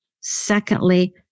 Secondly